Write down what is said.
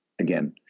Again